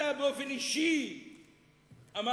אתה באופן אישי אמרת,